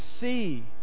see